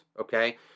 Okay